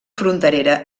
fronterera